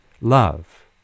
love